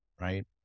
right